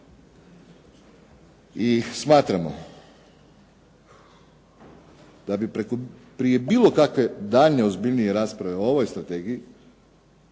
I smatramo da bi prije bilo kakve daljnje ozbiljnije rasprave o ovoj strategiji